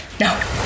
no